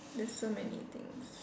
there's so many things